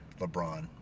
LeBron